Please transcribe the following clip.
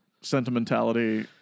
sentimentality